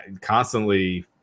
constantly